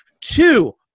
Two